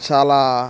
చాలా